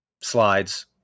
slides